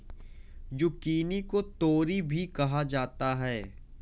zucchini को तोरी भी कहा जाता है